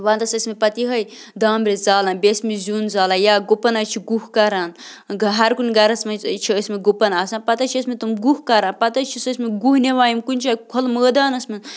وَنٛدَس ٲسۍمٕتۍ پَتہٕ یِہوٚے دانٛمبرِس زالان بیٚیہِ ٲسۍمٕتۍ زیُن زالان یا گُپَن حظ چھِ گُہہ کَران ہَر کُنہِ گَرَس منٛز حظ چھِ ٲسۍمٕتۍ گُپَن آسان پَتہٕ حظ چھِ ٲسۍمٕتۍ تِم گُہہ کَران پَتہٕ حظ چھِ سُہ ٲسۍمٕتۍ گُہہ نِوان یِم کُنہِ جایہِ کھُلہٕ مٲدانَس منٛز